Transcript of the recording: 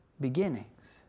beginnings